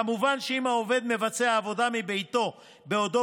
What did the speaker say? כמובן שאם העובד מבצע עבודה מביתו בעודו